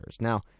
Now